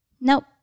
nope